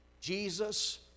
Jesus